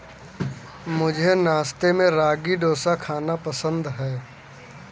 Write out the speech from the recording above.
मुझे नाश्ते में रागी डोसा खाना पसंद है